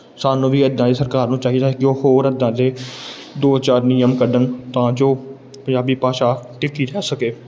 ਸਾਨੂੰ ਵੀ ਇੱਦਾਂ ਹੈ ਸਰਕਾਰ ਨੂੰ ਚਾਹੀਦਾ ਹੈ ਕਿ ਉਹ ਹੋਰ ਇੱਦਾਂ ਦੇ ਦੋ ਚਾਰ ਨਿਯਮ ਕੱਢਣ ਤਾਂ ਜੋ ਪੰਜਾਬੀ ਭਾਸ਼ਾ ਟਿਕੀ ਰਹਿ ਸਕੇ